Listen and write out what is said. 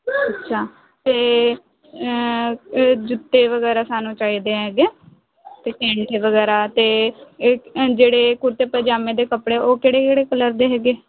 ਅੱਛਾ ਅਤੇ ਜੁੱਤੇ ਵਗੈਰਾ ਸਾਨੂੰ ਚਾਹੀਦੇ ਹੈਗੇ ਅਤੇ ਕੈਂਠੇ ਵਗੈਰਾ ਅਤੇ ਇਹ ਜਿਹੜੇ ਕੁੜਤੇ ਪਜਾਮੇ ਦੇ ਕੱਪੜੇ ਉਹ ਕਿਹੜੇ ਕਿਹੜੇ ਕਲਰ ਦੇ ਹੈ